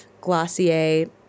glossier